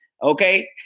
Okay